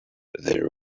there